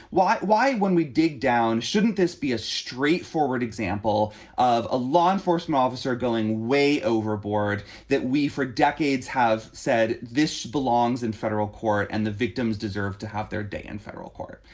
why? why? when we dig down. shouldn't this be a straightforward example of a law enforcement officer going way overboard? that we for decades have said this belongs in federal court and the victims deserve to have their day in federal court.